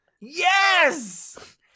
yes